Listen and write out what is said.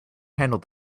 handle